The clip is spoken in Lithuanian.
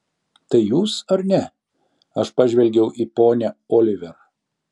tai jūs ar ne aš pažvelgiau į ponią oliver